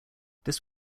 this